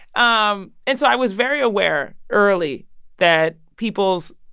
um and so i was very aware early that people's,